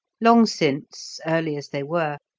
long since, early as they were,